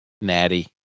natty